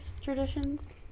traditions